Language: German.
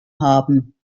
haben